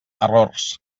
errors